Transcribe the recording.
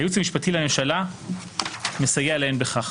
הייעוץ המשפטי לממשלה מסייע להן בכך.